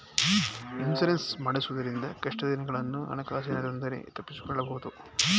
insurance ಮಾಡಿಸುವುದರಿಂದ ಕಷ್ಟದ ದಿನಗಳನ್ನು ಹಣಕಾಸಿನ ತೊಂದರೆ ತಪ್ಪಿಸಿಕೊಳ್ಳಬಹುದು